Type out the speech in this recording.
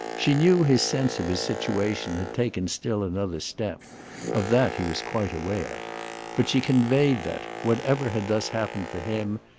she knew his sense of his situation had taken still another step of that he was quite aware but she conveyed that, whatever had thus happened for him,